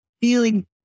feeling